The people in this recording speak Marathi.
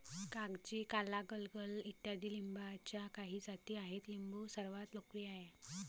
कागजी, काला, गलगल इत्यादी लिंबाच्या काही जाती आहेत लिंबू सर्वात लोकप्रिय आहे